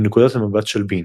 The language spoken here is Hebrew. מנקודת המבט של בין.